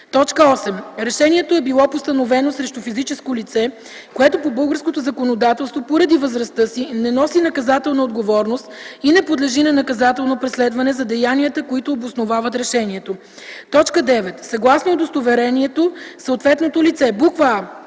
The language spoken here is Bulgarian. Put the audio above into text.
8. решението е било постановено срещу физическо лице, което по българското законодателство поради възрастта си не носи наказателна отговорност и не подлежи на наказателно преследване за деянията, които обосновават решението; 9. съгласно удостоверението съответното лице: а)